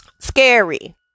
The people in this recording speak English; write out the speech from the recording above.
scary